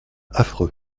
affreux